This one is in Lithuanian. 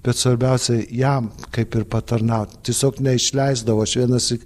bet svarbiausia jam kaip ir patarnaut tiesiog neišleisdavo aš vienąsyk